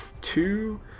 two